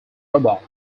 robot